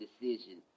decision